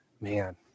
Man